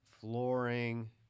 flooring